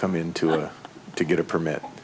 come in to us to get a permit